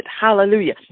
hallelujah